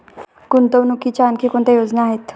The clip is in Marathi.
गुंतवणुकीच्या आणखी कोणत्या योजना आहेत?